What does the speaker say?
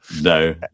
No